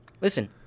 Listen